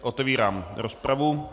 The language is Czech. Otevírám rozpravu.